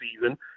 season